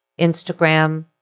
Instagram